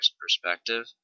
perspective